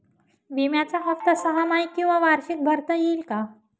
विम्याचा हफ्ता सहामाही किंवा वार्षिक भरता येईल का?